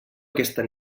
aquesta